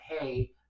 hey